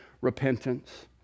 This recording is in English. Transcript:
repentance